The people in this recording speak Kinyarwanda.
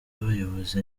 abayobozi